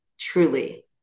truly